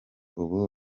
ubu